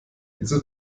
dieses